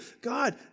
God